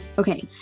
Okay